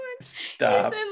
stop